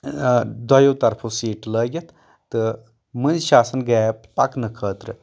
دۄیو طرفو سیٹہٕ لٲگِتھ تہٕ مٔنٛزۍ چھِ آسان گیپ پَکنہٕ خٲطرٕ